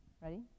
Ready